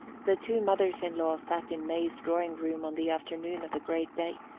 the two mothers-in-law sat in may's drawing-room on the afternoon of the great day,